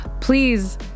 please